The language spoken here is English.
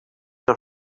are